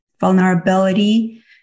vulnerability